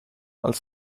als